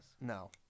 No